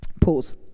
Pause